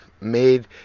made